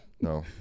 No